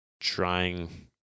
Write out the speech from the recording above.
trying